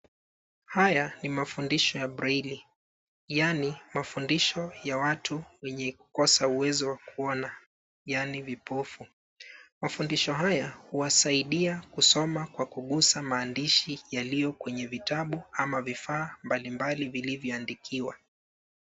Haya ni mafundisho ya breli yaani mafundisho ya watu wenye kukosa uwezo wa kuona yaani vipofu. Mafundisho haya huwasaidia kusoma kwa kunguza maandishi yalio kwenye vitabu ama vifaa mbalimbali vilivyoandikiwa.